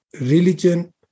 religion